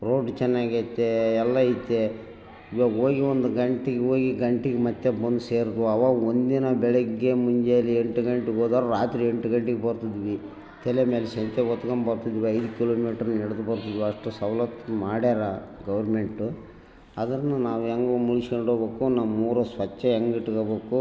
road ಚೆನ್ನಾಗೈತೆ ಎಲ್ಲ ಐತೆ ಇವಾಗ ಹೋಗಿ ಒಂದು ಗಂಟೆಗ್ ಹೋಗಿ ಗಂಟೆಗ್ ಮತ್ತು ಬಂದು ಸೇರ್ದು ಅವಾಗ ಒಂದಿನ ಬೆಳಗ್ಗೆ ಮುಂಜಾನೆ ಎಂಟು ಗಂಟೆಗೆ ಹೋದೋರ್ ರಾತ್ರಿ ಎಂಟು ಗಂಟೆಗೆ ಬರ್ತಿದ್ವಿ ತಲೆಮ್ಯಾಲೆ ಶಂಕೆ ಹೊತ್ಕೊ ಬರ್ತಿದ್ವಿ ಐದು ಕಿಲೋಮೀಟ್ರ್ ನಡ್ದ್ ಬರ್ತಿದ್ವಿ ಅಷ್ಟು ಸೌಲತ್ತು ಮಾಡ್ಯರ ಗೌರ್ಮೆಂಟು ಅದರ್ನ ನಾವು ಹೆಂಗೆ ಮುಗಿಸ್ಕೊಂಡು ಹೋಗಬೇಕು ನಮ್ಮೂರು ಸ್ವಚ್ಛ ಹೆಂಗಿಟ್ಕೋಬೇಕು